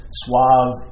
suave